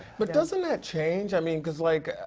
but doesn't that change? i mean because like.